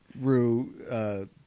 Rue